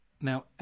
Now